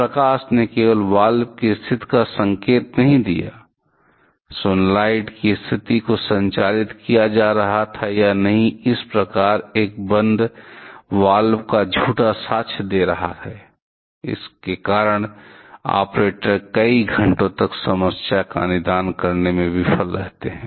प्रकाश ने केवल वाल्व की स्थिति का संकेत नहीं दिया सोलेनोइड की स्थिति को संचालित किया जा रहा है या नहीं इस प्रकार एक बंद वाल्व का झूठा साक्ष्य दे रहा है और इसके कारण ऑपरेटर कई घंटों तक समस्या का निदान करने में विफल रहते हैं